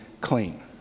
clean